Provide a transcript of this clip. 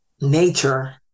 nature